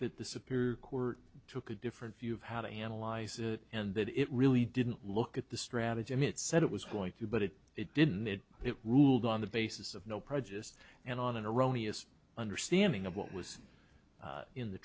that the superior court took a different view of how to analyze it and that it really didn't look at the stratagem it said it was going to but it it didn't it it ruled on the basis of no prejudice and on and erroneous understanding of what was in the